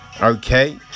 Okay